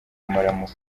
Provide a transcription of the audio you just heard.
amaramuko